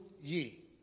ye